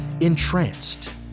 entranced